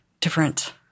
different